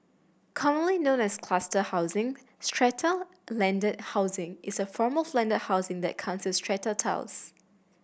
commonly known as cluster housing strata landed housing is a form of landed housing that comes with strata titles